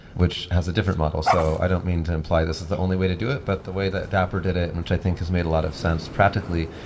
which has a different model. so i don't mean to imply this is the only way to do it, but the way that dapper did it, and which i think has made a lot of sense practically,